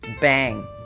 bang